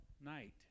night